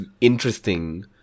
interesting